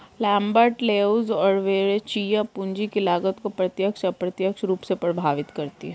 Lambert, Leuz और Verrecchia, पूंजी की लागत को प्रत्यक्ष, अप्रत्यक्ष रूप से प्रभावित करती है